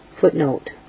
Footnote